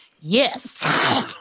yes